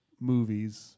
movies